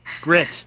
Grit